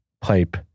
pipe